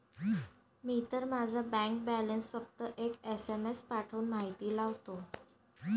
मी तर माझा bank balance फक्त एक एस.एम.एस पाठवून माहिती लावतो